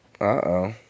Uh-oh